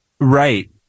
Right